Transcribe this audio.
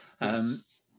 Yes